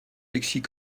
alexis